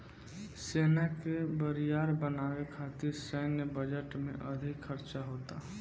सेना के बरियार बनावे खातिर सैन्य बजट में अधिक खर्चा होता